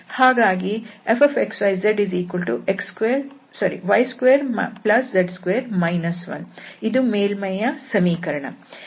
ಹಾಗಾಗಿ fxyzy2z2 1 ಇದು ಮೇಲ್ಮೈಯ ಸಮೀಕರಣ